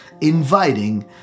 inviting